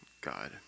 God